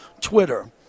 Twitter